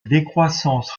décroissance